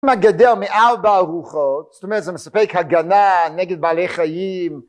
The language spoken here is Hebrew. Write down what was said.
מגדר מארבע הרוחות זאת אומרת זה מספיק הגנה נגד בעלי חיים